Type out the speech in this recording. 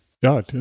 Ja